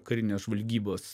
karinės žvalgybos